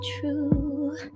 true